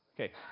Okay